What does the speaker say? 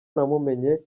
namumenye